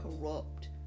corrupt